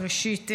ראשית,